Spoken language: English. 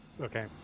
okay